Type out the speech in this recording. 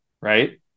right